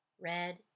red